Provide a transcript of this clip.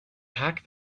pack